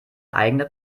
eigene